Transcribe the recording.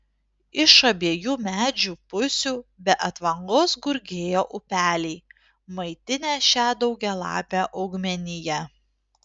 iš abiejų medžių pusių be atvangos gurgėjo upeliai maitinę šią daugialapę augmeniją